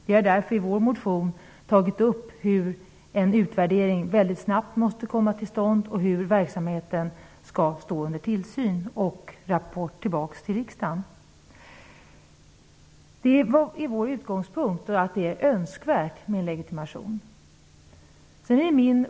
Vi har därför i vår motion tagit upp att en utvärdering väldigt snabbt måste komma till stånd och hur verksamheten skall stå under tillsyn, vilket skall rapporteras tillbaka till riksdagen. Det är vår utgångspunkt att det är önskvärt med legitimation.